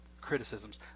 criticisms